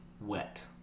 wet